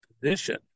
position